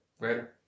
later